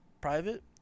private